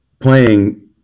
playing